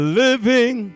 living